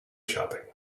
shopping